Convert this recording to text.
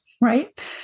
right